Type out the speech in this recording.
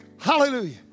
Hallelujah